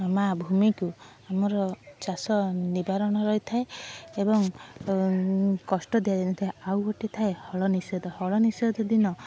ମା ଭୂମିକୁ ଆମର ଚାଷ ନିବାରଣ ରହିଥାଏ ଏବଂ କଷ୍ଟ ଦିଆଯାଇନଥାଏ ଆଉ ଗୋଟିଏ ଥାଏ ହଳ ନିଷେଧ ହଳ ନିଷେଧ ଦିନ